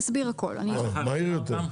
מהיר יותר.